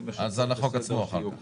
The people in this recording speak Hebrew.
אם יש הצעות לסדר, אז שיהיו קודם.